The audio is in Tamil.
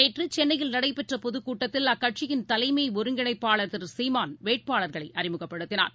நேற்றுசென்னயில் நடைபெற்றபொதுக்கூட்டத்தில் அக்கட்சியின் தலைமைஒருங்கிணைப்பாளர் திரு சீமான் வேட்பாளர்களைஅறிமுகப்படுத்தினார்